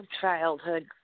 childhood